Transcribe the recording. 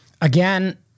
again